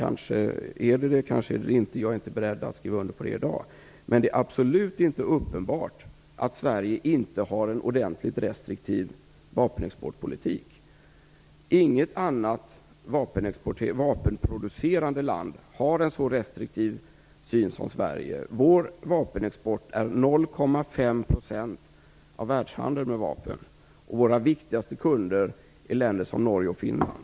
Kanske är det det, kanske är det det inte. Jag är inte beredd att skriva under på det i dag. Men det är absolut inte uppenbart att Sverige inte har en ordentligt restriktiv vapenexportpolitik. Inget annat vapenproducerande land har en så restriktiv syn som Sverige. Vår vapenexport är 0,5 % av världshandeln med vapen, och våra viktigaste kunder är länder som Norge och Finland.